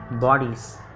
bodies